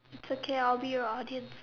it's okay I will be your audience